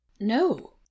no